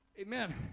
Amen